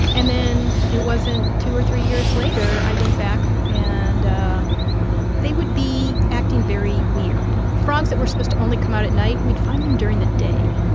and then it wasn't two or three years later i went back, and they would be acting very weird. frogs that were supposed to only come out at night, we'd find them during the day.